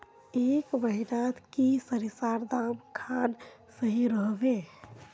ए महीनात की सरिसर दाम खान सही रोहवे?